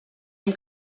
hem